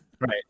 Right